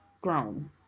grown